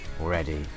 already